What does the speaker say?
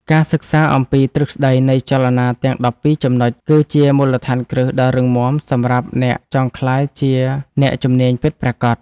ការសិក្សាអំពីទ្រឹស្តីនៃចលនាទាំងដប់ពីរចំណុចគឺជាមូលដ្ឋានគ្រឹះដ៏រឹងមាំសម្រាប់អ្នកចង់ក្លាយជាអ្នកជំនាញពិតប្រាកដ។